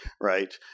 right